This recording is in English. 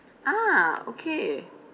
ah okay